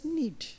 need